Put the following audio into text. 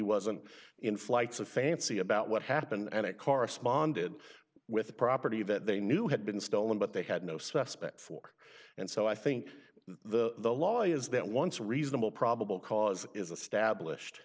wasn't in flights of fancy about what happened and it corresponded with a property that they knew had been stolen but they had no suspects for and so i think the law is that once reasonable probable cause is a stablis